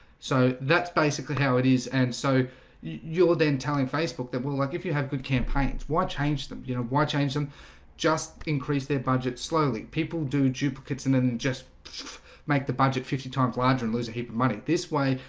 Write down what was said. so that's basically how it is and so you're then telling facebook that well, like if you have good campaigns why change them? you know why change them just increase their budget slowly people do duplicates and then just make the budget fifty times larger and lose a heap of money this way.